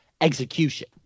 Execution